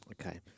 Okay